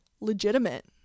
legitimate